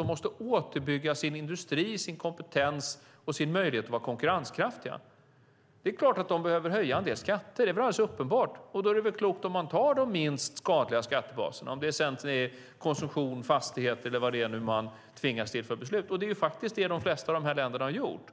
De måste återbygga sin industri, sin kompetens och sin möjlighet att vara konkurrenskraftiga. Det är väl alldeles uppenbart att de behöver höja en del skatter. Då är det väl klokt om man tar de minst skadliga skattebaserna, om det sedan är konsumtion, fastigheter eller vad man nu tvingas till för beslut, och det är faktiskt det som de flesta av de här länderna har gjort.